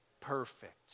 perfect